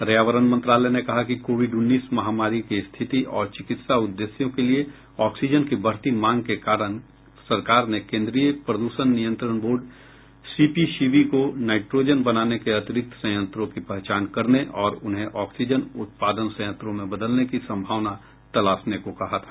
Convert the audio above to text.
पर्यावरण मंत्रालय ने कहा कि कोविड उन्नीस महामारी की स्थिति और चिकित्सा उद्देश्यों के लिए ऑक्सीजन की बढती मांग के कारण सरकार ने केंद्रीय प्रद्रषण नियंत्रण बोर्ड सीपीसीबी को नाइट्रोजन बनाने के अतिरिक्त संयंत्रों की पहचान करने और उन्हें ऑक्सीजन उत्पादन संयंत्रों में बदलने की संभावना तलाशने को कहा था